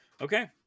Okay